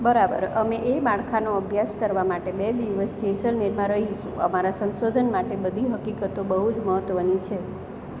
બરાબર અમે એ માળખાનો અભ્યાસ કરવા માટે બે દિવસ જેસલમેરમાં રહીશું અમારા સંશોધન માટે બધી હકીકતો બહુ જ મહત્ત્વની છે